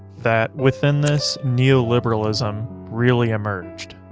that within this neoliberalism really emerged.